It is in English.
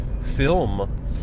film